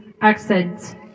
accent